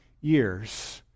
years